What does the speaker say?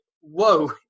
whoa